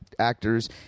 Actors